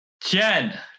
Jen